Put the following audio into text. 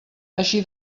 així